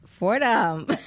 Fordham